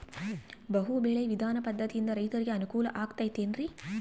ಬಹು ಬೆಳೆ ವಿಧಾನ ಪದ್ಧತಿಯಿಂದ ರೈತರಿಗೆ ಅನುಕೂಲ ಆಗತೈತೇನ್ರಿ?